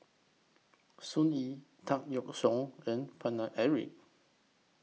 Sun Yee Tan Yeok Seong and Paine Eric